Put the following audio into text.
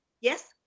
yes